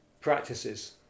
practices